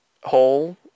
hole